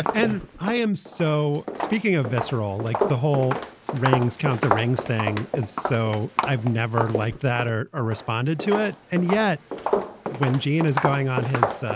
and i am so speaking of visceral, like the whole rings count the rings thing is so i've never liked that or or responded to it and yet when gene is going on his